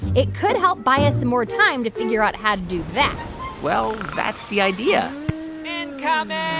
it could help buy us some more time to figure out how to do that well, that's the idea incoming